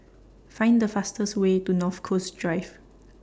Find The fastest Way to North Coast Drive